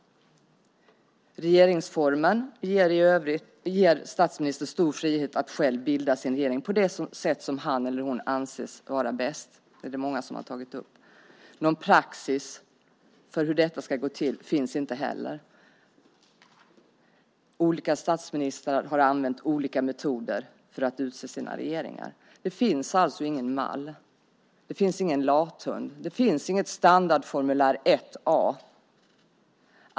Regeringsformen ger statsministern i övrigt stor frihet att själv bilda sin regering på det sätt som han eller hon anser vara bäst. Det är många som har tagit upp det. Någon praxis för hur detta ska gå till finns inte heller. Olika statsministrar har använt olika metoder för att utse sina regeringar. Det finns alltså ingen mall, ingen lathund eller något standardformulär 1 A.